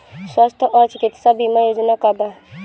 स्वस्थ और चिकित्सा बीमा योजना का बा?